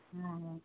हा हा